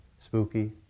Spooky